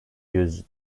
yüz